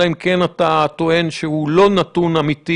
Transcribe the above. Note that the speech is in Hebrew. אלא אם כן אתה טוען שהוא לא נתון אמיתי